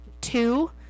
two